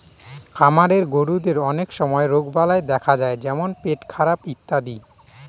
খামারের গরুদের অনেক সময় রোগবালাই দেখা যায় যেমন পেটখারাপ ইত্যাদি